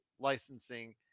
licensing